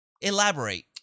Elaborate